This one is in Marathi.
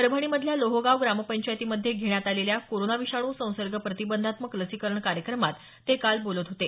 परभणी मधल्या लोहगाव ग्रामपंचायतीमध्ये घेण्यात आलेल्या कोरोना विषाणू संसर्ग प्रतिबंधात्मक लसीकरण कार्यक्रमात ते काल बोलत होते